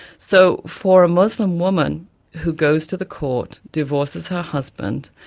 so for a muslim woman who goes to the court, divorces her husband,